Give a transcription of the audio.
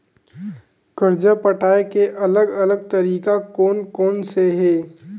कर्जा पटाये के अलग अलग तरीका कोन कोन से हे?